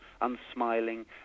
unsmiling